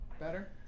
Better